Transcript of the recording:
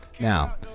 now